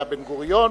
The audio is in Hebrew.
היה בן-גוריון